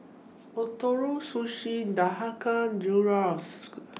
Ootoro Sushi Dhokla Gyros